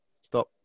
Stop